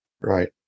right